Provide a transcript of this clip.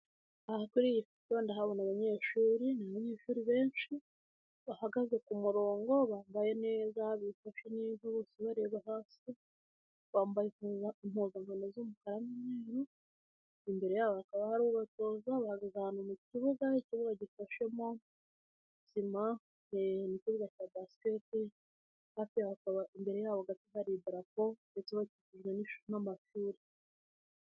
Aha kuri iyi foto ndabona abanyeshuri, ni abanyeshuri benshi bahagaze ku murongo bambaye neza, bifashe neza bose bareba hasi bambaye impuzankano z'umukara n'umweru, imbere yabo hakaba hari ubatoza bahagaze ahantu mu kibuga gishashemo sima mu kibuga cya basket hafi aho hakaba imbere yabo gato hari idrapo ndetse n'amashuri.